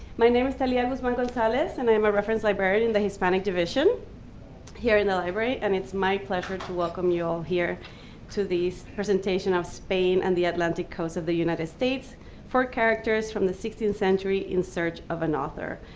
my name is talia guzman-gonzalez and i am a reference librarian in the hispanic division here in the library, and it's my pleasure to welcome you all here to this presentation of spain and the atlantic coast of the united states four characters from the sixteenth century in search of an author.